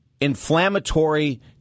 inflammatory